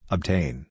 Obtain